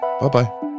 Bye-bye